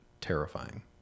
terrifying